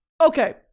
okay